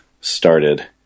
started